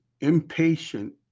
impatient